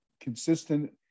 consistent